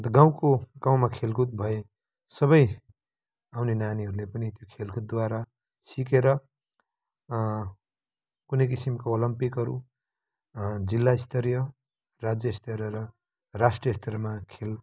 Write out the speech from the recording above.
अन्त गाउँको गाउँमा खेलकुद भए सबै आउने नानीहरूले पनि खेलकुदद्वारा सिकेर कुनै किसिमको ओलम्पिकहरू जिल्ला स्तरीय राज्य स्तरीय र राष्ट्रिय स्तरमा खेल